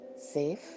safe